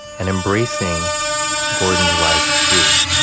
and embracing gordon's wife, ruth,